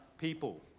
people